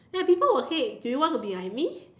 ya people will say do you want to be like me